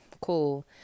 cool